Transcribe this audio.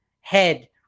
head